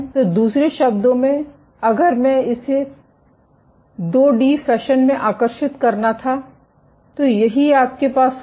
तो दूसरे शब्दों में अगर मैं इसे 2 डी फैशन में आकर्षित करना था तो यही आपके पास होगा